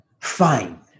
fine